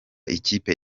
ikipe